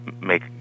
make